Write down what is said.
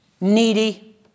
needy